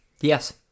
Yes